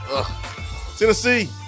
Tennessee